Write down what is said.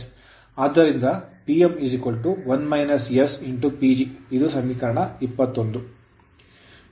ಆದ್ದರಿಂದ Pm 1 - s PG ಸಮೀಕರಣ 21